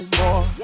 more